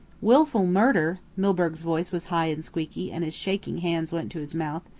wilful murder! milburgh's voice was high and squeaky and his shaking hands went to his mouth.